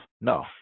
No